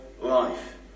life